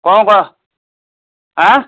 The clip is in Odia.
କଣ କଣ ଆଁ